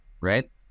right